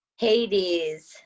Hades